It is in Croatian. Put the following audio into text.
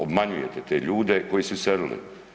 obmanjujete te ljude koji su iselili.